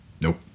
Nope